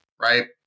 right